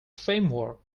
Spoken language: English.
framework